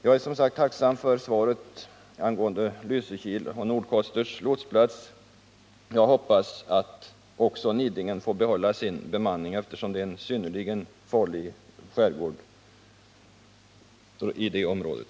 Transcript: Jag är som sagt tacksam för svaret angående Lysekils och Nordkosters lotsplatser. Jag hoppas att också Nidingen får behålla sin bemanning, eftersom det är en synnerligen farlig skärgård i det området.